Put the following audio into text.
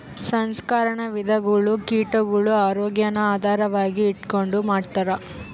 ಸಂಸ್ಕರಣಾ ವಿಧಾನಗುಳು ಕೀಟಗುಳ ಆರೋಗ್ಯಾನ ಆಧಾರವಾಗಿ ಇಟಗಂಡು ಮಾಡ್ತಾರ